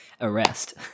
Arrest